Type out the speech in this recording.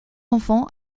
enfants